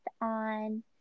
on